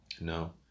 No